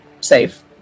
safe